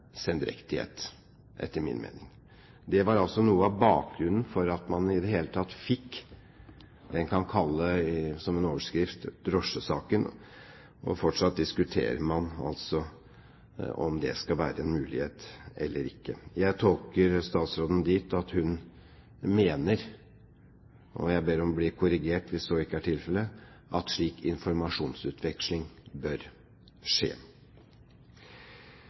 Det var altså noe av bakgrunnen for at man i det hele tatt fikk det man, som en overskrift, kan kalle drosjesaken, og fortsatt diskuterer man altså om dét skal være en mulighet eller ikke. Jeg tolker statsråden dit hen at hun mener – jeg ber om å bli korrigert hvis så ikke er tilfellet – at slik informasjonsutveksling bør skje.